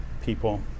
people